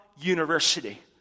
university